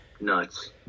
Nuts